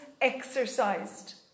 exercised